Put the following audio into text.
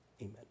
Amen